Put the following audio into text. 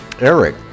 Eric